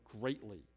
greatly